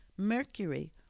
Mercury